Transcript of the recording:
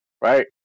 right